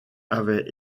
avait